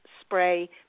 Spray